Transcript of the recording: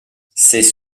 ces